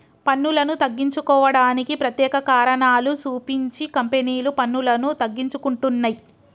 పన్నులను తగ్గించుకోవడానికి ప్రత్యేక కారణాలు సూపించి కంపెనీలు పన్నులను తగ్గించుకుంటున్నయ్